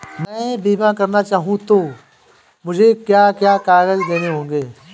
मैं बीमा करना चाहूं तो मुझे क्या क्या कागज़ देने होंगे?